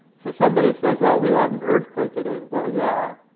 so somebody says, well, we had an earthquake today. well, yeah.